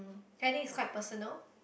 okay I think it's quite personal